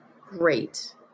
great